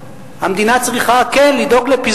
המדינה צריכה לדאוג לגבולות שלה,